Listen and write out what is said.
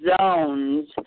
zones